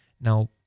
Now